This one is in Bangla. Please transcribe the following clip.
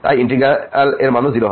তাই এই ইন্টিগ্র্যাল এর মানও 0